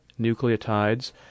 nucleotides—